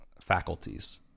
faculties